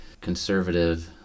conservative